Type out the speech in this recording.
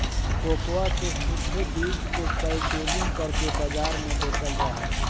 cocoa के सूखे बीज को पैकेजिंग करके बाजार में बेचल जा हई